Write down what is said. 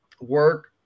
work